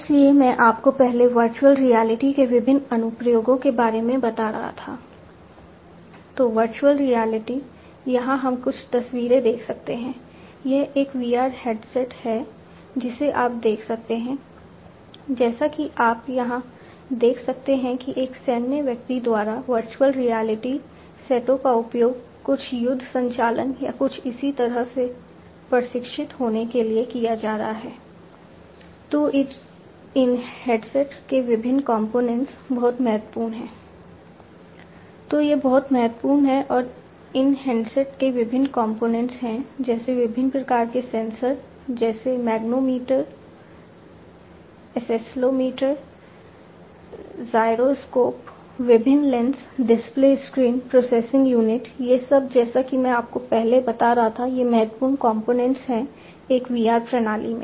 इसलिए मैं आपको पहले वर्चुअल रियलिटी हैं एक VR प्रणाली में